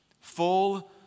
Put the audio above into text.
Full